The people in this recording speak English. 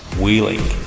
wheeling